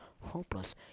hopeless